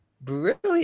Brilliant